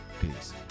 Peace